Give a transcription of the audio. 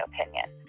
opinion